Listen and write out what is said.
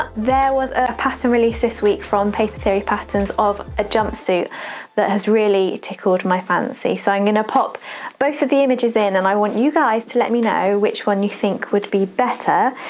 there was a pattern release this week from paper theory patterns of a jumpsuit that has really tickled my fancy. so i'm gonna pop both of the images in and i want you guys to let me know which one you think would be better.